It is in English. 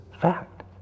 fact